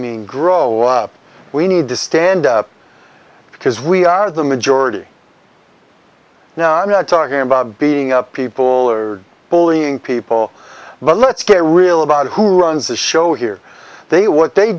mean grow up we need to stand up because we are the majority now i'm not talking about being up people or bullying people but let's get real about who runs the show here they what they